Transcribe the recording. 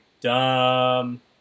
dumb